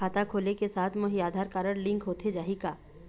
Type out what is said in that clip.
खाता खोले के साथ म ही आधार कारड लिंक होथे जाही की?